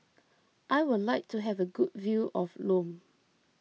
I would like to have a good view of Lome